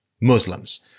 Muslims